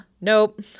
nope